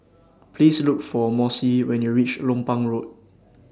Please Look For Mossie when YOU REACH Lompang Road